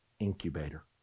incubator